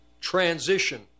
transition